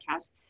podcast